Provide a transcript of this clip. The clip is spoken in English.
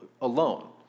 alone